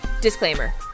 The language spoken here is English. Disclaimer